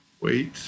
wait